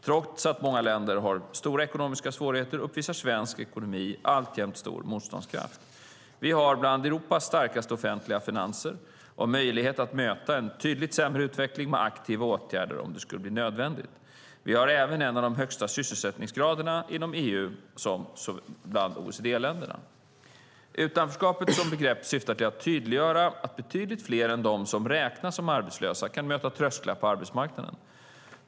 Trots att många länder har stora ekonomiska svårigheter uppvisar svensk ekonomi alltjämt stor motståndskraft. Vi har en av Europas starkaste offentliga finanser och möjlighet att möta en tydligt sämre utveckling med aktiva åtgärder om det skulle bli nödvändigt. Vi har även en av de högsta sysselsättningsgraderna inom EU och bland OECD-länderna. Utanförskapet som begrepp syftar till att tydliggöra att betydligt fler än de som räknas som arbetslösa kan möta trösklar in på arbetsmarknaden.